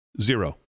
Zero